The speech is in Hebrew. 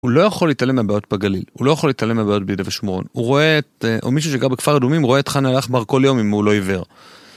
הוא לא יכול להתעלם מהבעיות בגליל, הוא לא יכול להתעלם מהבעיות ביהודה ושמורון. הוא רואה את... או מישהו שיגע בכפר אדומים, הוא רואה את חן אל-אחמר כל יום אם הוא לא עיוור.